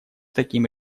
таким